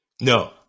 No